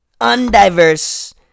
undiverse